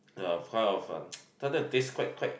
uh kind of a kinda taste quite quite